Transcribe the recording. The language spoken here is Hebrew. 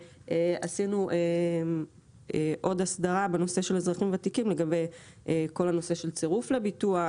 עשינו עוד הסדרה בנושא של אזרחים ותיקים לגבי כל הנושא של צירוף לביטוח,